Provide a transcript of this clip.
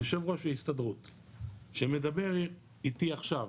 יו"ר ההסתדרות שמדבר איתי עכשיו